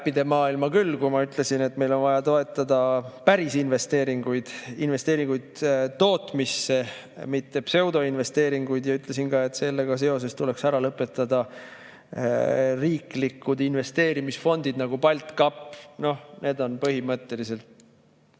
äppide maailma küll, kui ma ütlesin, et meil on vaja toetada päris investeeringuid, investeeringuid tootmisse, mitte pseudoinvesteeringuid, ja ütlesin ka, et sellega seoses tuleks ära lõpetada riiklikud investeerimisfondid nagu BaltCap. Need on lihtsalt põhimõtteliselt